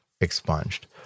expunged